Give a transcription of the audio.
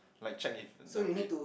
like check if the va~